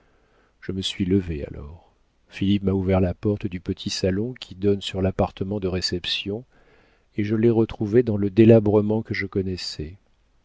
je me suis levée alors philippe m'a ouvert la porte du petit salon qui donne sur l'appartement de réception et je l'ai retrouvé dans le délabrement que je connaissais